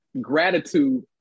Gratitude